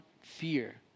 fear